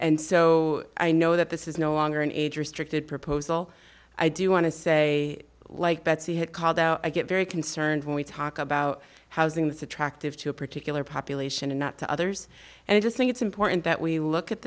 and so i know that this is no longer an age restricted proposal i do want to say like betsy had called out i get very concerned when we talk about housing that's attractive to a particular population and not to others and i just think it's important that we look at